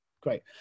Great